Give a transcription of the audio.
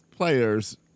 players